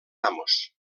amos